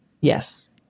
Yes